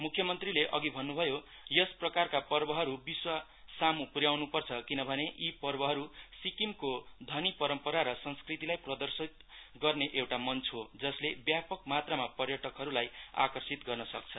मुख्यमन्त्रीले अधि भन्नुभयो यस प्रकारका पर्वहरु विश्वसामु पुर्याउनुपर्छ किनकी यी पर्वहरु सिक्किमको धनि परम्परा र संस्कृतिलाई प्रदर्शीत गर्ने एउटा मञच हो जसले व्यापक मात्रामा पर्यटकहरुलाई आकर्षित गर्नुसक्छ